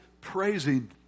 praising